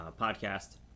podcast